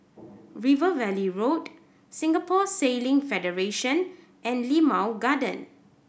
River Valley Road Singapore Sailing Federation and Limau Garden